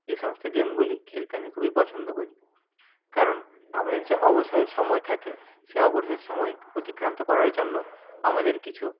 এই সমস্ত গেমগুলি খেলতে আমি খুবই পছন্দ করি কারণ আমাদের যে অবসর সময় থাকে সেই অবসর সময় অতিক্রান্ত করার জন্য আমাদের কিছু